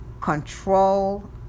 control